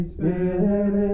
Spirit